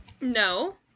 No